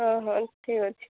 ହଁ ହଁ ଠିକ୍ ଅଛି